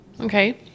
Okay